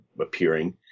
appearing